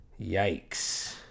Yikes